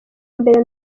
mbere